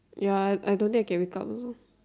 ya I I don't think I can wake up also